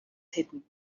hidden